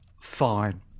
fine